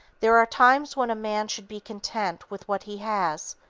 there are times when a man should be content with what he has,